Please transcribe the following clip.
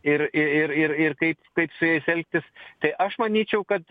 ir ir ir ir ir kaip kaip su jais elgtis tai aš manyčiau kad